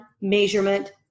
measurement